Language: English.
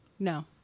No